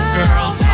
girls